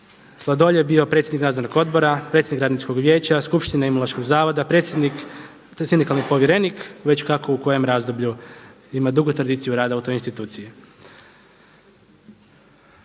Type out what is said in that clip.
Sladoljev bio predsjednik nadzornog odbora, predsjednik radničkog vijeća, skupštine Imunološkog zavoda, predsjednik, sindikalni povjerenik, već kako u kojem razdoblju, ima dugu tradiciju rada u toj instituciji.